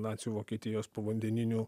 nacių vokietijos povandeninių